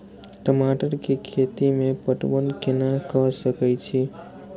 टमाटर कै खैती में पटवन कैना क सके छी?